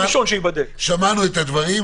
שמענו את הדברים,